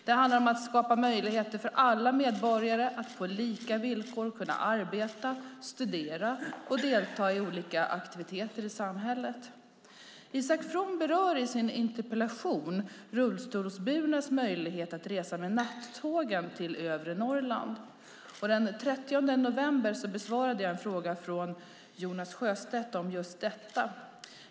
Det handlar om att skapa möjligheter för alla medborgare att på lika villkor arbeta, studera och delta i olika aktiviteter i samhället. Isak From berör i sin interpellation rullstolsburnas möjlighet att resa med nattågen till övre Norrland. Den 30 november besvarade jag en fråga från Jonas Sjöstedt om just detta.